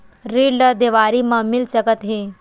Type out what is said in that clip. ऋण ला देवारी मा मिल सकत हे